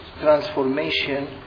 transformation